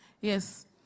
Yes